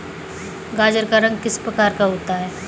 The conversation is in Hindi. गाजर का रंग किस प्रकार का होता है?